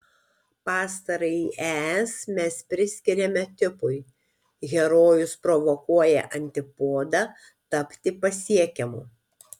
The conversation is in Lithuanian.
pastarąjį es mes priskiriame tipui herojus provokuoja antipodą tapti pasiekiamu